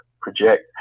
project